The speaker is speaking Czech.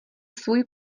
svůj